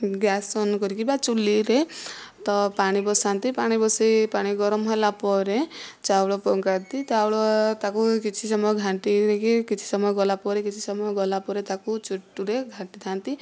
gas on କରିକି ବା ଚୁଲିରେ ତ ପାଣି ବସାନ୍ତି ପାଣି ବସି ପାଣି ଗରମ ହେଲା ପରେ ଚାଉଳ ପକାନ୍ତି ଚାଉଳ ତାକୁ କିଛି ସମୟ ଘାଣ୍ଟି ଦେଇକି କିଛି ସମୟ ଗଲାପରେ କିଛି ସମୟ ଗଲାପରେ ତାକୁ ଚାଟୁରେ ଘାଣ୍ଟି ଥାଆନ୍ତି